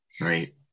Right